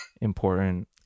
important